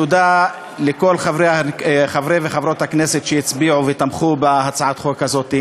תודה לכל חברי וחברות הכנסת שהצביעו ותמכו בהצעת החוק הזאת.